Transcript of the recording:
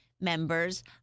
members